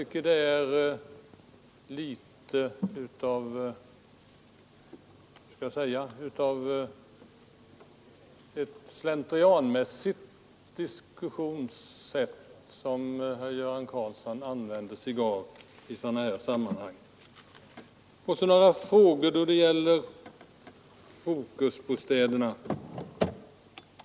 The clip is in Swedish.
Jag tycker herr Karlsson använder sig av ett slentrianmässigt resonemang i sådana här sammanhang. Så några frågor då det gäller Fokusbostäderna.